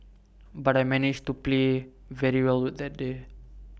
but I managed to play very well that day